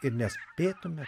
ir nespėtumėme